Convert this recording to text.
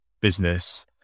business